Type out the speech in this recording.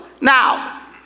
now